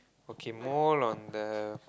okay mole on the